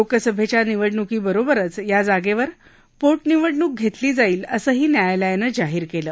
लोकसभख्या निवडणुकीबरोबरच या जागधरि पोटनिवडणूक घरिमी जाईल असंही न्यायालयानं जाहीर कलि